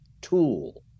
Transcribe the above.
tool